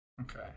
Okay